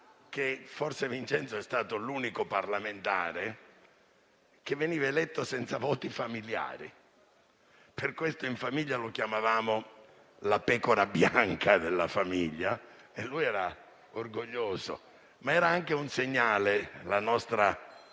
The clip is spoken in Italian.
che forse Vincenzo è stato l'unico parlamentare che veniva eletto senza voti familiari: per questo in famiglia lo chiamavamo la pecora bianca e ne era orgoglioso. Era anche un segnale del fatto